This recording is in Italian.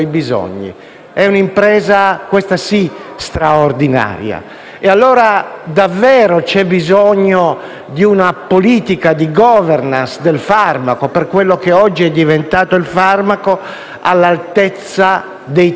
allora, c'è bisogno di una politica di *governance* del farmaco, per quello che oggi è diventato il farmaco, all'altezza dei tempi e di questa sfida.